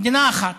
מדינה אחת